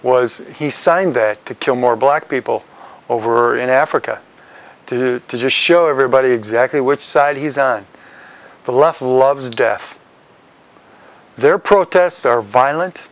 was he signed that to kill more black people over in africa to just show everybody exactly which side he's on the left loves death their protests are violent